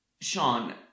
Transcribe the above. Sean